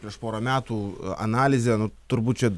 prieš porą metų analizė nu turbūt čia